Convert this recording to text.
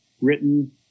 written